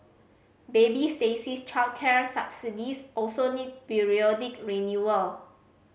baby Stacey's childcare subsidies also need periodic renewal